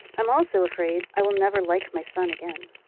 i'm also afraid i will never like my son again.